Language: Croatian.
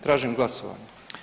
Tražim glasovanje.